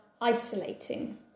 isolating